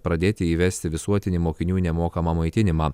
pradėti įvesti visuotinį mokinių nemokamą maitinimą